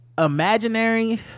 Imaginary